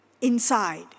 inside